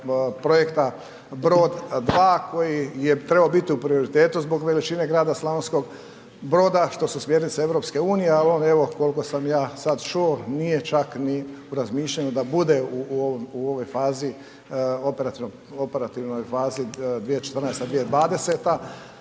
projekta Brod 2 koji je trebao biti u prioritetu zbog veličine grada Slavonskog Broda što su smjernice EU, a on evo, koliko sam ja sad čuo, nije čak ni u razmišljanju da bude u ovoj fazi operativnoj fazi 2014., 2020.